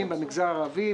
המגזרים: במגזר הערבי,